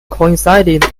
coincided